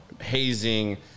hazing